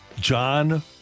John